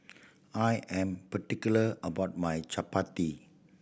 I am particular about my Chapati